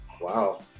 Wow